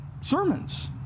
sermons